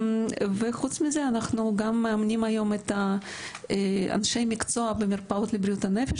וחוץ מזה אנחנו גם מאמנים היום את אנשי המקצוע במרפאות לבריאות הנפש,